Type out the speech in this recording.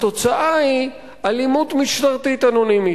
התוצאה היא אלימות משטרתית אנונימית.